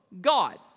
God